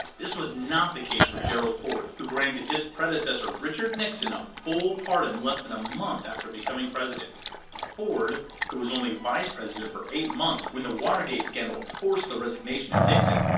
this was not the case for gerald ford, who granted his predecessor, richard nixon, a full pardon less than a month after becoming! president ford who was only vice president for eight months when the watergate scandal forced the resignation of nixon,